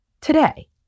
today